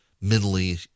mentally